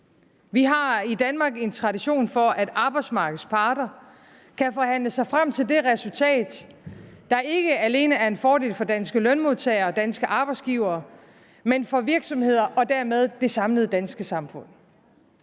Vi har i Danmark en tradition for, at arbejdsmarkedets parter kan forhandle sig frem til det resultat, der ikke alene er en fordel for danske lønmodtagere og danske arbejdsgivere, men også for virksomheder og dermed det samlede danske samfund.